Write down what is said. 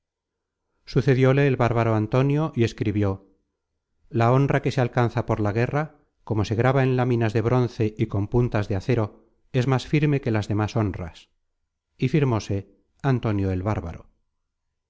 firmó sucedióle el bárbaro antonio y escribió la honra que se alcanza por la guerra como se graba en láminas de bronce y con puntas de acero es más firme que las demas honras y firmose antonio el bárbaro